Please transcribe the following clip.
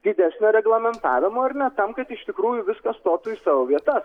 didesnio reglamentavimo ar ne tam kad iš tikrųjų viskas stotų į savo vietas